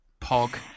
Pog